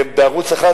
בערוץ-1,